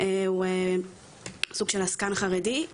הוא סוג של עסקן חרדי.